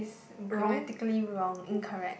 grammatically wrong incorrect